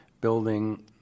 building